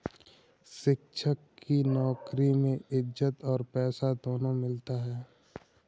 शिक्षक की नौकरी में इज्जत और पैसा दोनों मिलता है